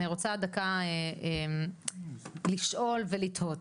אני רוצה דקה לשאול ולתהות.